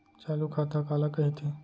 चालू खाता काला कहिथे?